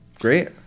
Great